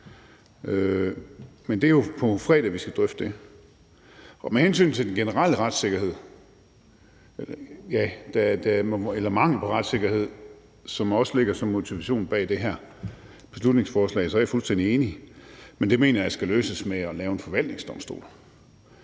Men det er jo på fredag, vi skal drøfte det. Og med hensyn til den generelle retssikkerhed eller mangel på retssikkerhed, som også ligger som motivation bag det her beslutningsforslag, er jeg fuldstændig enig. Men det mener jeg skal løses ved at lave en forvaltningsdomstol.